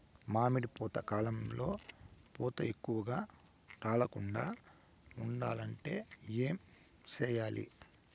మామిడి పూత కాలంలో పూత ఎక్కువగా రాలకుండా ఉండాలంటే ఏమి చెయ్యాలి?